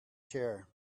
chair